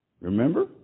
Remember